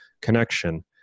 connection